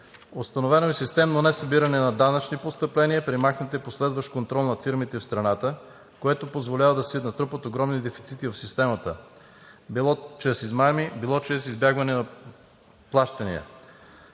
Установено е системно несъбиране на данъчни постъпления, премахнат е последващ контрол над фирмите в страната, което позволява да се натрупат огромни дефицити в системата – било чрез измами, било